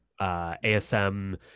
asm